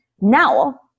Now